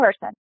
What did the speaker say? person